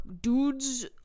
dudes